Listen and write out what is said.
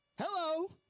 Hello